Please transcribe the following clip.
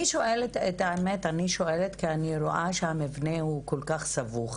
אני שואלת כי אני רואה שהמבנה הוא כל כך סבוך